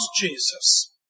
Jesus